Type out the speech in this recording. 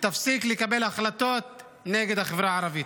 ותפסיק לקבל החלטות נגד החברה הערבית.